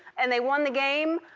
and they won the game,